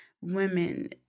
women